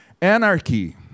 Anarchy